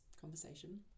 conversation